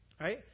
right